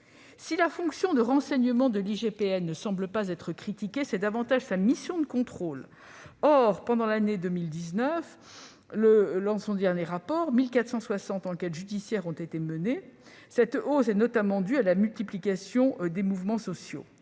Si la fonction de renseignement de l'IGPN ne semble pas devoir être critiquée, tel n'est pas le cas de sa mission de contrôle. Pendant l'année 2019, selon son dernier rapport, 1 460 enquêtes judiciaires ont été menées. Cette hausse est notamment due à la multiplication des mouvements sociaux.